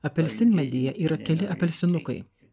apelsinmedyje yra keli apelsinukai